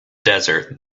desert